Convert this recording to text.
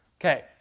Okay